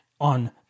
on